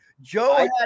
Joe